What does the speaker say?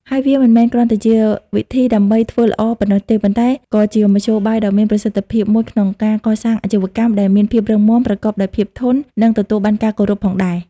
ហើយវាមិនមែនគ្រាន់តែជាវិធីដើម្បី "ធ្វើល្អ" ប៉ុណ្ណោះទេ ប៉ុន្តែក៏ជាមធ្យោបាយដ៏មានប្រសិទ្ធភាពមួយក្នុងការកសាងអាជីវកម្មដែលមានភាពរឹងមាំ ប្រកបដោយភាពធន់ និងទទួលបានការគោរពផងដែរ។